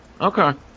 okay